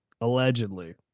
Allegedly